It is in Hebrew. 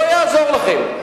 לא יעזור לכם.